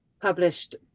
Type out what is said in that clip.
published